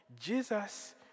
Jesus